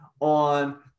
on